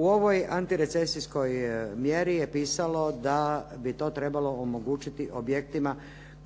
U ovoj antirecesijskoj mjeri je pisalo da bi to trebalo omogućiti objektima